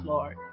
Lord